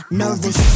nervous